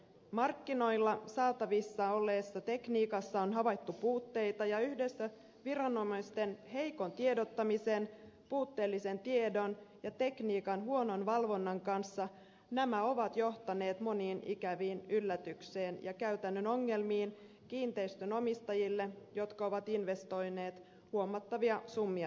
markkinoilla saatavissa olleessa tekniikassa on havaittu puutteita ja yhdessä viranomaisten heikon tiedottamisen puutteellisen tiedon ja tekniikan huonon valvonnan kanssa nämä ovat johtaneet moniin ikäviin yllätyksiin ja käytännön ongelmiin kiinteistönomistajille jotka ovat investoineet huomattavia summia tekniikkaan